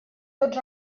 tots